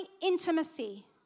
intimacy